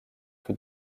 que